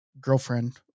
girlfriend